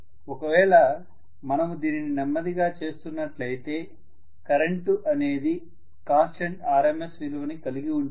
ఒకవేళ మనము దీన్ని నెమ్మదిగా చేస్తున్నట్లు అయితే కరెంటు అనేది కాన్స్టెంట్ RMS విలువని కలిగి ఉంటుంది